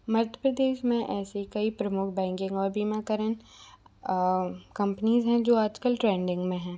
मध्य प्रदेश में ऐसे कई प्रमुख बैंकिंग और बीमाकरण कंपनीज़ हैं जो आज कल ट्रेडिंग में हैं